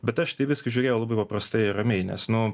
bet aš tai viską žiūrėjau labai paprastai ramiai nes nu